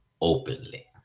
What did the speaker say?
openly